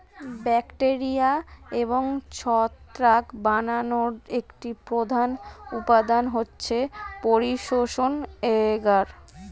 bacteria এবং ছত্রাক বানানোর একটি প্রধান উপাদান হচ্ছে পরিপোষক এগার